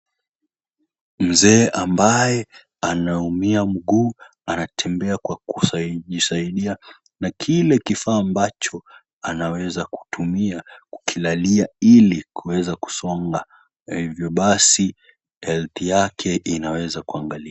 Mzee ambaye anaumia mguu, anatembea kwa kujisaidia na kile kifaa ambacho anaweza kutumia kukilalia ili kuweza kusonga, hivyo basi health yake inaweza kuangaliwa.